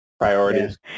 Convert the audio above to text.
Priorities